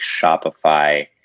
Shopify